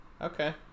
Okay